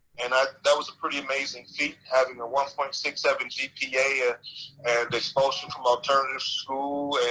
and ah that was a pretty amazing feat having her one point six seven gpa, ah and expulsion from alternative school,